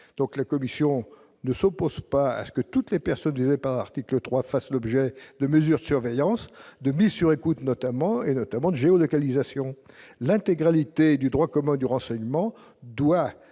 donc la commission ne s'oppose pas à ce que toutes les personnes visées par l'article 3 fasse l'objet de mesures surveillance de mise sur écoute notamment, et notamment de géolocalisation l'intégralité du droit commun du renseignement